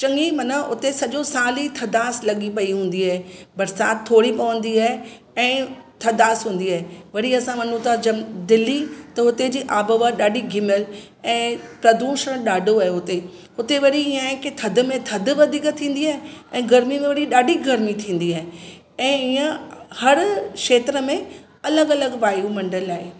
चङी मन उते सॼो साल ई थधासि लॻी पई हूंदी आहे बरसाति थोरी पवंदी आहे ऐं थधासि हूंदी आहे वरी असां वञूं था जम दिल्ली त उते जी आबहवा ॾाढी घिम्यल ऐं प्रदूषण ॾाढो आहे उते उते वरी ईअं आहे की थधि में थधि वधीक थींदी आहे ऐं गर्मीअ वरी ॾाढी गर्मी थींदी आहे ऐं ईअं हर क्षेत्र में अलॻि अलॻि वायुमंडल आहे